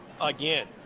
again